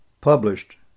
Published